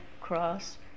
Cross